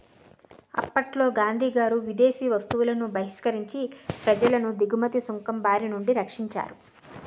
అప్పట్లో గాంధీగారు విదేశీ వస్తువులను బహిష్కరించి ప్రజలను దిగుమతి సుంకం బారినుండి రక్షించారు